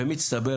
במצטבר,